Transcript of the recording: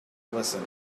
listened